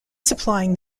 supplying